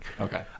Okay